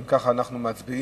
אם כך, אנחנו מצביעים.